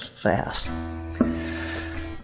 Fast